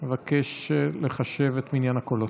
אבקש לחשב את מניין הקולות.